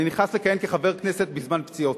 אני נכנס לכהן כחבר כנסת בזמן פציעות,